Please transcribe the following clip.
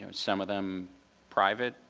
you know some of them private,